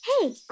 Hey